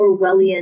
orwellian